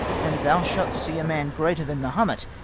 and thou shalt see a man greater than mahomet,